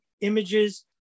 images